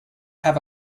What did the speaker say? have